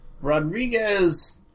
Rodriguez